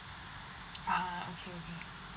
ah okay okay